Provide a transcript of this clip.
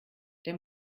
der